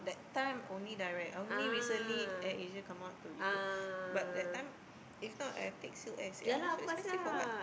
time only direct I only recently Air-Asia come out to Ipoh but that time if not I take Silk-Air Silk-Air so expensive for what